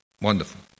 wonderful